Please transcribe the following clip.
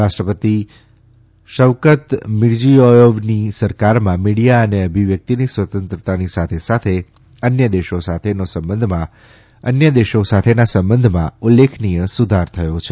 રાષ્ટ્રપતિ શવકત મિર્જિયોપંચની સરકારમાં મીડીયા અને અભિવ્યક્તિની સ્વતંત્રતાની સાથે સાથે અન્ય દેશો સાથેનો સંબંધોમાં ઉલ્લેખનીય સુધાર થયો છે